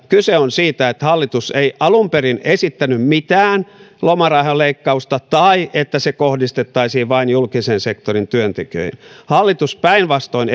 kyse on siitä että hallitus ei alun perin esittänyt mitään lomarahan leikkausta tai että se kohdistettaisiin vain julkisen sektorin työntekijöihin hallitus päinvastoin